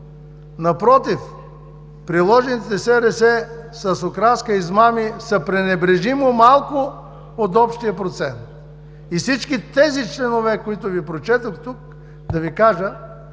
Напротив, приложените СРС-та с окраска „измами“ са пренебрежимо малко от общия процент и всички тези членове, които Ви прочетох тук, да Ви кажа,